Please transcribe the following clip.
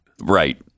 Right